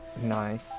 nice